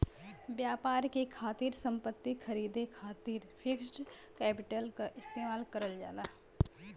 व्यापार के खातिर संपत्ति खरीदे खातिर फिक्स्ड कैपिटल क इस्तेमाल करल जाला